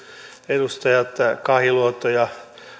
edustajat alanko kahiluoto ja